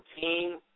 team